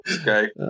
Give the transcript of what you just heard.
okay